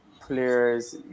players